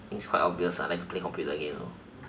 quite obvious lah next play computer game